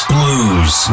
Blues